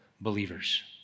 believers